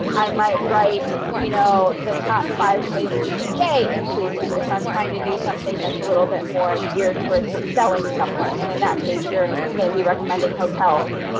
i might write, you know the top five places to stay in cleveland, if i'm trying to do something that's a little bit more geared towards selling something. and in that case, you're going to be recommending hotels.